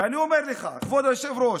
ואני אומר לך, כבוד היושב-ראש,